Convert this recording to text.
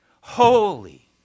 Holy